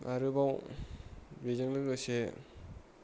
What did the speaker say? आरोबाव बेजों लोगोसे